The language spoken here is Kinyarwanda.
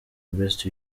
best